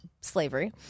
slavery